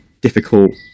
difficult